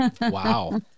Wow